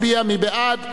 מי נגד?